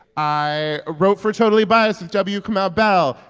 i wrote for totally biased with w. kamau bell,